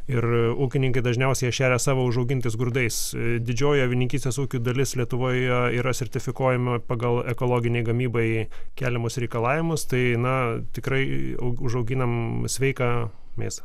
ir ūkininkai dažniausiai jas šeria savo užaugintais grūdais didžioji avininkystės ūkių dalis lietuvoj yra sertifikuojama pagal ekologinei gamybai keliamus reikalavimus tai na tikrai užauginam sveiką mėsą